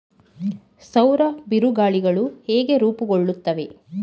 ಸೌರ ಬಿರುಗಾಳಿಗಳು ಹೇಗೆ ರೂಪುಗೊಳ್ಳುತ್ತವೆ?